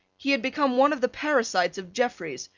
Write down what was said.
he had become one of the parasites of jeffreys,